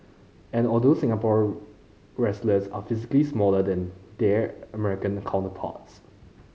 and although Singapore wrestlers are physically smaller than their American counterparts